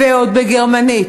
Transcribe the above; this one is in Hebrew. ועוד בגרמנית,